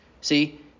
See